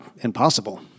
impossible